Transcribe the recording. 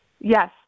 Yes